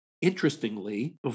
interestingly